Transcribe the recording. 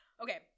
Okay